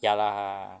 ya lah